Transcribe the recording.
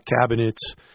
cabinets